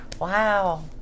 wow